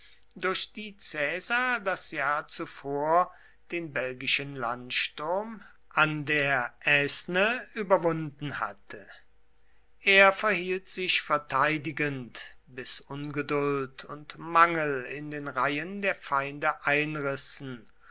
durch die caesar das jahr zuvor den belgischen landsturm an der aisne überwunden hatte er verhielt sich verteidigend bis ungeduld und mangel in den reihen der feinde einrissen